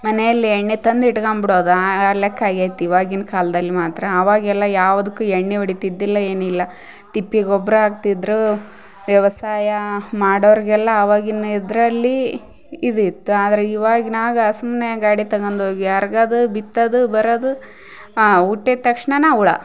ಮನೆಯಲ್ಲಿ ಎಣ್ಣೆ ತಂದಿಟ್ಕಂಬಿಡೋದ ಆ ಲೆಕ್ಕ ಆಗೈತಿ ಇವಾಗಿನ ಕಾಲ್ದಲ್ಲಿ ಮಾತ್ರ ಆವಾಗೆಲ್ಲ ಯಾವುದಕ್ಕೂ ಎಣ್ಣೆ ಹೊಡಿತಿದ್ದಿಲ್ಲ ಏನಿಲ್ಲ ತಿಪ್ಪಿ ಗೊಬ್ಬರ ಹಾಕ್ತಿದ್ರು ವ್ಯವಸಾಯ ಮಾಡೋರಿಗೆಲ್ಲ ಆವಾಗಿನ ಇದರಲ್ಲಿ ಇದು ಇತ್ತು ಆದರೆ ಇವಾಗ ನಾವೇ ಸುಮ್ಮನೆ ಗಾಡಿ ತಗಂಡೋಗಿ ಯಾರ್ಗಾದು ಬಿತ್ತದು ಬರದು ಉಟ್ಟಿದ ತಕ್ಷಣಾನ ಹುಳ